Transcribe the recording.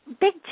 big